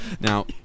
Now